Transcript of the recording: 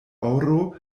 oro